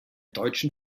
deutschen